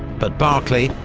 but barclay,